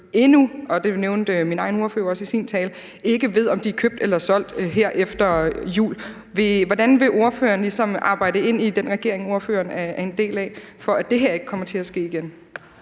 endnu, og det nævnte min egen ordfører jo også i sin tale, ikke ved, om de er købt eller solgt her efter jul. Hvordan vil ordføreren i den regering, ordføreren er en del af, arbejde for, at det her ikke kommer til at ske igen?